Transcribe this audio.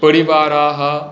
परिवाराः